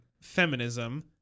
Feminism